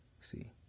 see